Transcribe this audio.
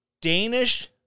Danish